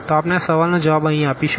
તો આપણે આ સવાલો ના જવાબ અહી આપશું